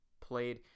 played